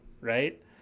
right